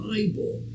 Bible